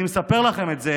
אני מספר לכם את זה